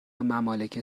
ممالک